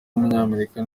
w’umunyamerika